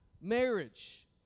marriage